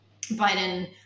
Biden